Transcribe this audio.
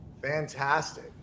Fantastic